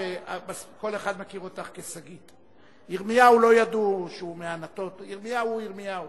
התש"ע 2010, צו תעריף